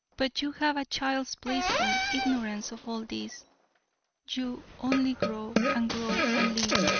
but you have a child's blissful ignorance of all this you only grow and grow and live,